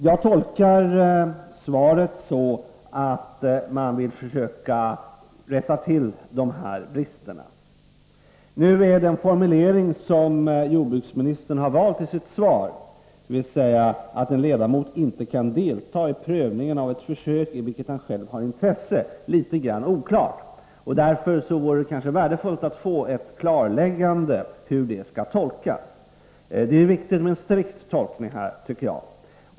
Jag tolkar svaret så, att man vill försöka rätta till dessa brister: Nu är den formulering som jordbruksministern har valt i sitt svar, ”att en ledamot inte kan delta i prövningen av ett försök i vilket han själv har intresse”, litet grand oklar. Därför vore det värdefullt att få ett klarläggande om hur detta skall tolkas. Det är viktigt med en strikt tolkning här, tycker jag.